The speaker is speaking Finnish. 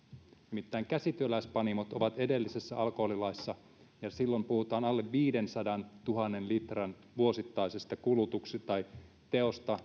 nimittäin käsityöläispanimot ovat edellisessä alkoholilaissa ja silloin puhutaan alle viidensadantuhannen litran vuosittaisesta teosta